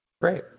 Great